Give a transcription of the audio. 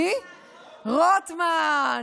רוטמן,